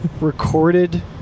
recorded